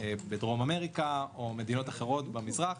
בדרום אמריקה או מדינות אחרות במזרח,